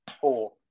four